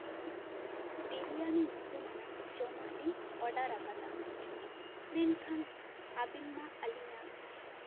ᱵᱤᱨᱤᱭᱟᱱᱤ ᱧᱩᱛᱩᱢᱟᱱᱟᱜ ᱡᱚᱢᱟᱜ ᱞᱤᱧ ᱚᱰᱟᱨ ᱟᱠᱟᱫᱟ ᱢᱮᱱᱠᱷᱟᱱ ᱟᱵᱤᱱ ᱢᱟ ᱟᱞᱤᱧᱟᱜ